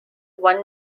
one